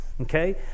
okay